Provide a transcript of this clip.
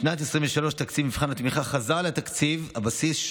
בשנת 2023 תקציב מבחן התמיכה חזר לתקציב הבסיס,